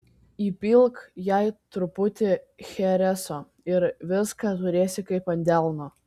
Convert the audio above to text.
įpilk jai truputį chereso ir viską turėsi kaip ant delno